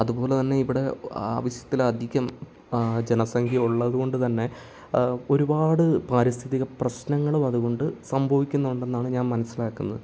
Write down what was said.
അതുപോലെതന്നെ ഇവിടെ ആവശ്യത്തിലധികം ജനസംഖ്യ ഉള്ളതുകൊണ്ട് തന്നെ ഒരുപാട് പാരിസ്ഥിതിക പ്രശ്നങ്ങളും അതുകൊണ്ട് സംഭവിക്കുന്നുണ്ടെന്നാണ് ഞാൻ മനസ്സിലാക്കുന്നത്